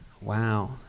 wow